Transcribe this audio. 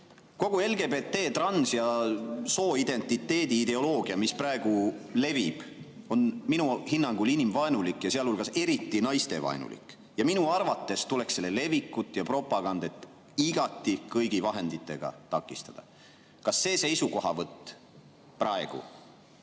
Kogu LGBT trans- ja sooidentiteedi ideoloogia, mis praegu levib, on minu hinnangul inimvaenulik, sealhulgas eriti naistevaenulik. Minu arvates tuleks selle levikut ja propagandat kõigi vahenditega igati takistada. Kas see seisukohavõtt praegu